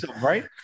right